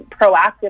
proactively